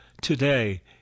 today